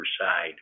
side